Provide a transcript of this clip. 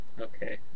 Okay